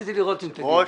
רציתי לראות אם תגיד את זה.